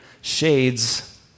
shades